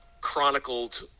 chronicled